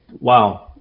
Wow